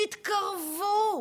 תתקרבו,